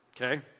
Okay